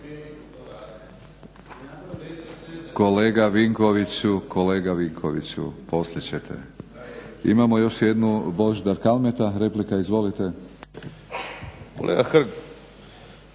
(HNS)** Hvala. Kolega Vinkoviću, poslije ćete. Imamo još jednu, Božidar Kalmeta, replika. Izvolite. **Kalmeta,